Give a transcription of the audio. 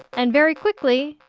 and very quickly,